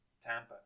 Tampa